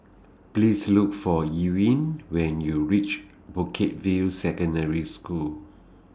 Please Look For Ewing when YOU REACH Bukit View Secondary School